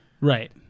Right